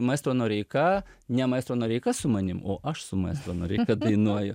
maestro noreika ne maestro noreika su manim o aš su maestro noreika dainuoju